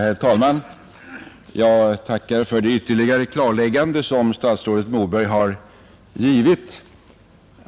Herr talman! Jag tackar för det ytterligare klarläggande som statsrådet Moberg har givit.